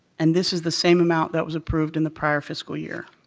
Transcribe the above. and this is the same amount that was approved in the prior fiscal year.